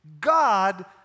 God